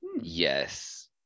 Yes